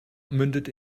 mündet